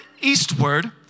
eastward